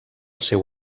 seu